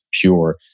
pure